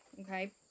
Okay